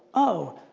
oh,